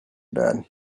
bed